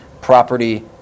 property